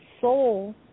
soul